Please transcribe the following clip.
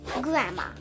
Grandma